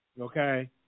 Okay